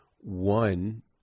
one